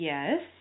Yes